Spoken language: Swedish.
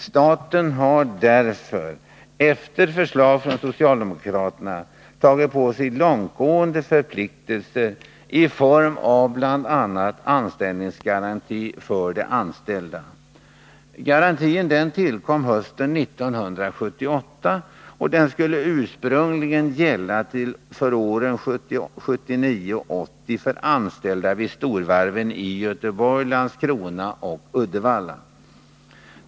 Staten har därför — efter förslag från socialdemokraterna — tagit på sig långtgående förpliktelser i form av bl.a. en s.k. anställningsgaranti för de anställda. Garantin tillkom hösten 1978 och skulle ursprungligen gälla för åren 1979 och 1980 för anställda vid storvarven i Göteborg, Landskrona och Uddevalla.